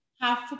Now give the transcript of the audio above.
half